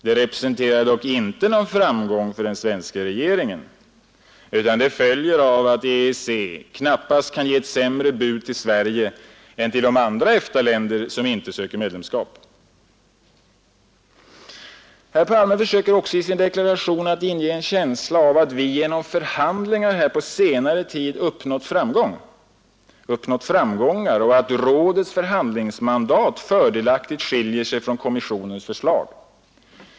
Det representerar dock inte någon framgång för den svenska regeringen utan följer av att EEC knappast kan ge ett sämre bud till Sverige än till de andra EFTA-länder som inte söker medlemskap. Herr Palme försöker att i sin deklaration inge en känsla av att vi genom förhandlingar under senare tid har uppnått framgångar, och att rådets förhandlingsmandat fördelaktigt skiljer sig från kommissionens förslag.